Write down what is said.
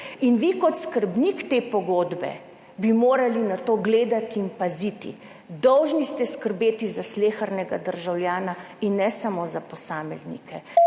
in vi kot skrbnik te pogodbe bi morali na to gledati in paziti. Dolžni ste skrbeti za slehernega državljana in ne samo za posameznike